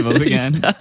again